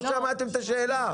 לא שמעתם את השאלה?